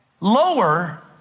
Lower